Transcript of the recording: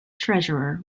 treasurer